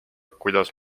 kuidas